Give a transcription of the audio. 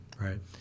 right